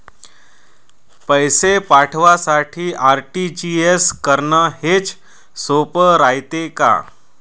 पैसे पाठवासाठी आर.टी.जी.एस करन हेच सोप रायते का?